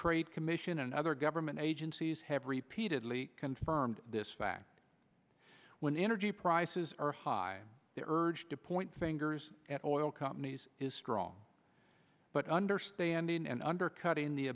trade commission and other government agencies have repeatedly confirmed this fact when energy prices are high the urge to point fingers at all companies is strong but understanding and undercutting the